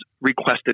requested